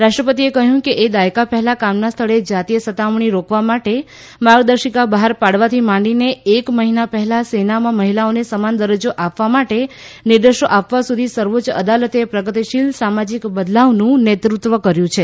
રાષ્ટ્રપતિએ કહયું કે એ દાયકા પહેલા કામના સ્થળે જાતીય સતામણી રોકવા માટે માર્ગદર્શિકા બહાર પાડવાથી માંડીને એક મહિના પહેલા સેનામાં મહિલાઓને સમાન દરજજો આપવા માટે નિર્દેશો આપવા સુધી સર્વોચ્ય અદાલતે પ્રગતિશીલ સામાજીક બદલાવનું નેતૃત્વ કર્યુ છે